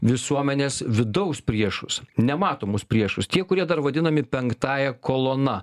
visuomenės vidaus priešus nematomus priešus tie kurie dar vadinami penktąja kolona